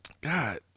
God